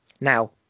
now